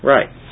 Right